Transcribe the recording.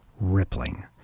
rippling